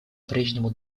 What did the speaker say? прежнему